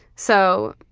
so